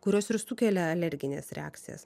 kurios ir sukelia alergines reakcijas